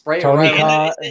Tony